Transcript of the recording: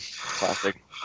classic